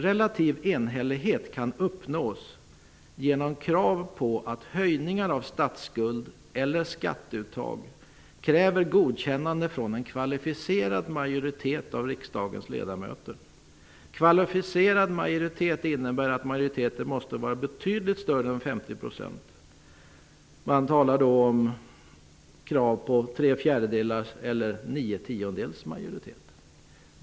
Relativ enhällighet kan uppnås genom krav på att höjningar av statsskuld eller skatteuttag skall godkännas av en kvalificerad majoritet av riksdagens ledamöter. Kvalificerad majoritet innebär att majoriteten måste vara betydligt större än 50 %. Man talar om krav på tre fjärdedelars eller nio tiondelars majoritet.